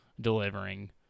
delivering